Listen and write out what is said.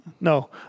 no